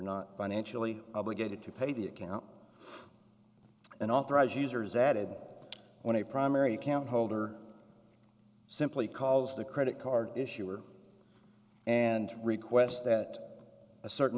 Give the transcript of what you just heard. not financially obligated to pay the account an authorized user is added when a primary account holder simply calls the credit card issuer and request that a certain